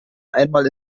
einmal